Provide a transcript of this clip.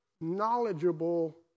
knowledgeable